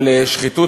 אבל שחיתות,